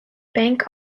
bank